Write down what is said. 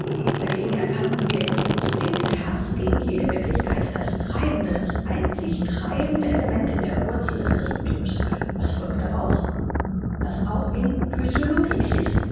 dagegen erkannten wir im instinkt haß gegen jede wirklichkeit das treibende das einzig treibende element in der wurzel des christenthums was folgt daraus daß auch in